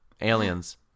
aliens